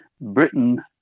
Britain